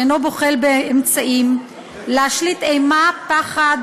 שאינו בוחל באמצעים להשליט אימה ופחד